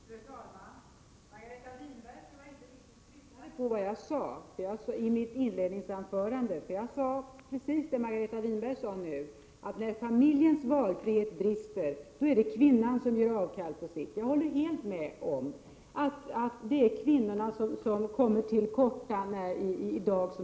Fru talman! Margareta Winberg lyssnade inte riktigt på vad jag sade i mitt inledningsanförande. Jag sade nämligen precis det som hon sade nu, nämligen att det är kvinnan som gör avkall på sina behov när familjens valfrihet brister. Jag håller helt med om att det är kvinnorna som kommer till korta i dag.